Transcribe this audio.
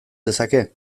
dezake